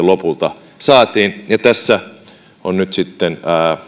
lopulta saatiin ja tässä on nyt sitten